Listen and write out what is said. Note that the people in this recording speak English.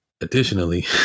additionally